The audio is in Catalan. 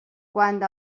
quant